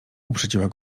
uprzedziła